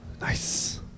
Nice